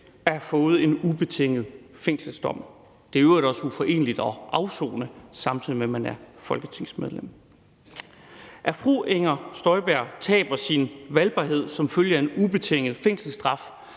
have fået en ubetinget fængselsdom. Det er i øvrigt også uforeneligt at afsone, samtidig med at man er folketingsmedlem. At fru Inger Støjberg taber sin valgbarhed som følge af en ubetinget fængselsstraf,